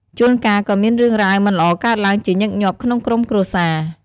ជួនកាលក៏មានរឿងរ៉ាវមិនល្អកើតឡើងជាញឹកញាប់ក្នុងក្រុមគ្រួសារ។